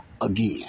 again